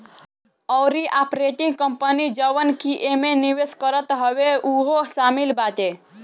अउरी operating company जवन की एमे निवेश करत हवे उहो शामिल बाटे